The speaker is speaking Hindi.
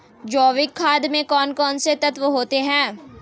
जैविक खाद में कौन कौन से तत्व होते हैं?